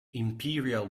imperial